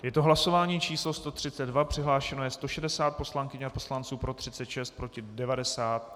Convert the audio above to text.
Je to hlasování číslo 132, přihlášeno je 160 poslankyň a poslanců, pro 36, proti 90.